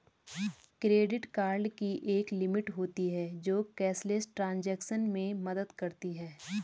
credit card की एक limit होती है जो कैशलेस ट्रांज़ैक्शन में मदद करती है